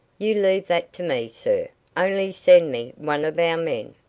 you leave that to me, sir only send me one of our men.